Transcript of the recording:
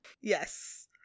yes